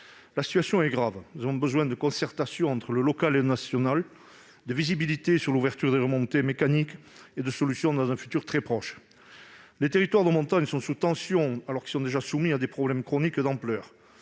La situation est grave. Nous avons besoin de concertation entre les niveaux local et national, de visibilité sur l'ouverture des remontées mécaniques et de solutions dans un futur très proche. Les territoires de montagne sont sous tension, alors qu'ils sont déjà soumis à des problèmes chroniques d'ampleur.